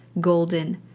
golden